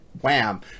Wham